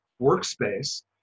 workspace